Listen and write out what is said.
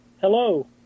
Hello